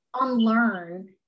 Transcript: unlearn